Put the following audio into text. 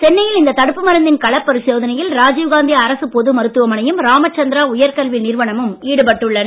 சென்னையில் இந்த தடுப்பு மருந்தின் களப் பரிசோதனையில் ராஜீவ்காந்தி அரசுப் பொது மருத்துவ மனையும் ராமச்சந்திரா உயர்கல்வி நிறுவனமும் ஈடுபட்டுள்ளன